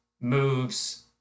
moves